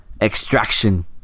Extraction